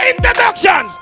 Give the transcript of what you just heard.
Introduction